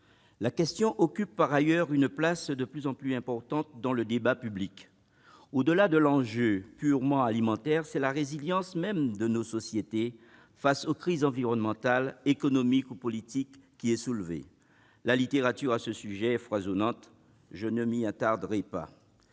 La question occupe par ailleurs une place de plus en plus importante dans le débat public. Au-delà de l'enjeu purement alimentaire, c'est la résilience même de nos sociétés face aux crises environnementales, économiques ou politiques qui est en cause. La littérature sur ce sujet est foisonnante ; je ne m'y attarderai pas.